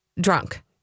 drunk